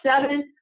seven